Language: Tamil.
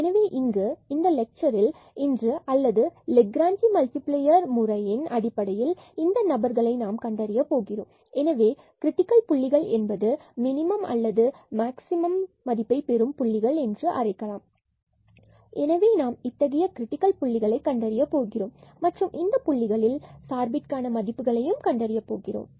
எனவே இங்கு இந்த லெட்சரில் இன்று அல்லது லெக்ராஞ்சி மல்டிபிளேயர் முறையின் அடிப்படையில் இந்த நபர்களை நாம் கண்டறிய போகிறோம் எனவே கிரிட்டிக்கல் புள்ளிகள் என்பது மினிமம் அல்லது மாக்ஸிமமத்தைப் பெறும் புள்ளிகள் என்று அழைக்கலாம் எனவே நாம் இத்தகைய கிரிட்டிக்கல் புள்ளிகளை கண்டறிய போகிறோம் மற்றும் இந்த புள்ளிகளில் சார்பிற்கான மதிப்புகளையும் கண்டறிய போகிறோம்